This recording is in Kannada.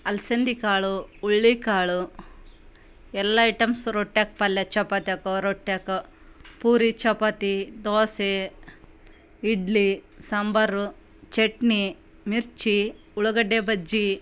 ಅಲ್ಸಂದೆಕಾಳು ಹುರ್ಳಿಕಾಳು ಎಲ್ಲ ಐಟಮ್ಸ್ ರೊಟ್ಯಾಕ ಪಲ್ಯೆ ಚಪಾತ್ಯಾಕ ರೊಟ್ಯಾಕ ಪೂರಿ ಚಪಾತಿ ದೋಸೆ ಇಡ್ಲಿ ಸಾಂಬಾರು ಚಟ್ನಿ ಮಿರ್ಚಿ ಉಳ್ಳಾಗಡ್ಡೆ ಬಜ್ಜಿ